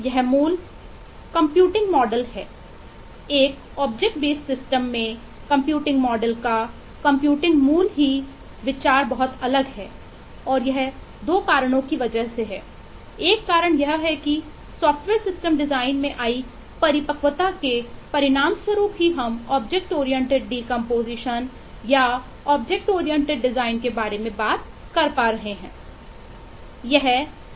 यह मूल computing model के बारे में बात कर रहे हैं